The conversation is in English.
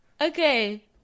Okay